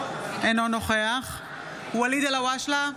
אינו נוכח ואליד אלהואשלה,